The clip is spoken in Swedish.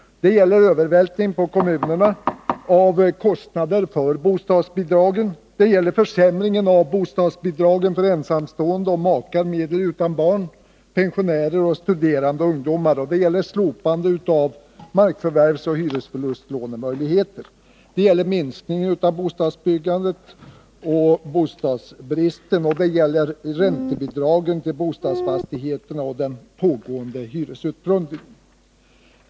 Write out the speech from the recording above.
Det gäller övervältringen på kommunerna av kostnader för bostadsbidragen. Det gäller försämringen av bostadsbidragen för ensamstående och för makar med eller utan barn samt för pensionärer och studerande ungdomar. Det gäller slopandet av markförvärvsoch hyresförlustlånemöjligheter. Det gäller minskningen av bostadsbyggandet samt bostadsbristen. Det gäller räntebidragen till bostadsfastigheterna samt den pågående hyresutplundringen.